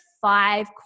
five